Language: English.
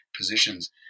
positions